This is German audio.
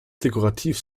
dekorativ